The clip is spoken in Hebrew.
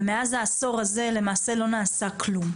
ומאז העשור הזה למעשה לא נעשה כלום.